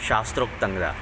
శాస్త్రోక్తంగా